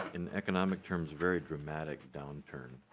and economic terms very dramatic downturn.